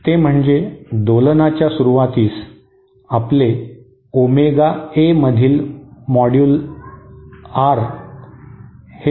ते म्हणजे दोलनाच्या सुरूवातीस आपले ओमेगा ए मधील मॉड्यूलर आर